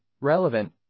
relevant